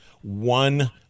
one